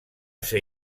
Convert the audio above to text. ser